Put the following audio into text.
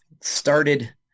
started